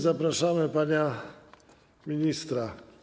Zapraszamy pana ministra.